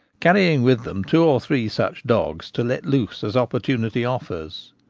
carrying with them two or three such dogs to let loose as opportunity offers.